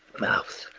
mouth.